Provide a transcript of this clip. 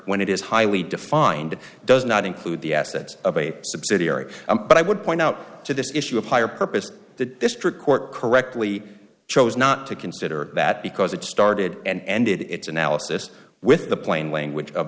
when it is highly defined does not include the assets of a subsidiary but i would point out to this issue of higher purpose the district court correctly chose not to consider that because it started and ended its analysis with the plain language of